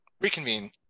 reconvene